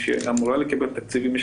היא אמורה לקבל תקציבים,